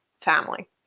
family